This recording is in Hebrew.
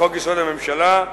לחוק-יסוד: הממשלה,